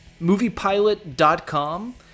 moviepilot.com